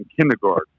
kindergarten